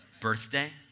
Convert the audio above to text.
Birthday